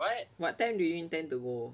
what what time do you intend to go